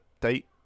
date